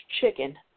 chicken